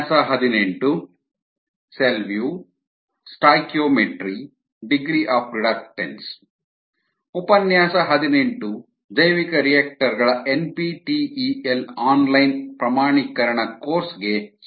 cell view stoichiometry degree of reductance ಉಪನ್ಯಾಸ ಹದಿನೆಂಟು ಜೈವಿಕರಿಯಾಕ್ಟರ್ ಗಳ ಎನ್ಪಿಟಿಇಎಲ್ ಆನ್ಲೈನ್ ಪ್ರಮಾಣೀಕರಣ ಕೋರ್ಸ್ ಗೆ ಸ್ವಾಗತ